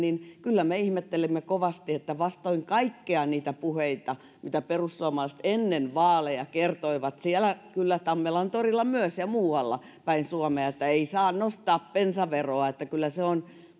kyllä me ihmettelimme kovasti että vastoin kaikkia niitä puheita mitä perussuomalaiset ennen vaaleja kertoivat myös siellä tammelantorilla ja muuallapäin suomea että ei saa nostaa bensaveroa että kyllä se on